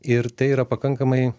ir tai yra pakankamai